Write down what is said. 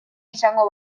izango